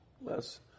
less